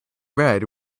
red